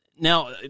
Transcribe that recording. Now